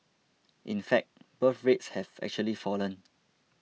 in fact birth rates have actually fallen